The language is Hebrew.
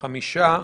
חמישה.